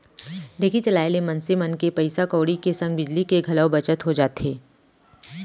ढेंकी चलाए ले मनसे मन के पइसा कउड़ी के संग बिजली के घलौ बचत हो जाथे